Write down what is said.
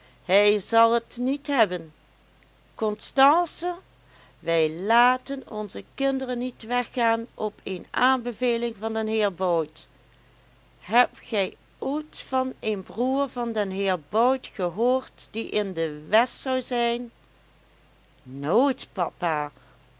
hij zal het niet hebben constance wij laten onze kinderen niet weggaan op een aanbeveling van den heer bout hebt gij ooit van een broer van den heer bout gehoord die in de west zou zijn nooit papa